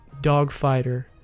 dogfighter